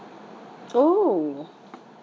oh